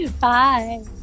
Bye